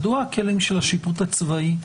מדוע הכלים של השיפוט הצבאי,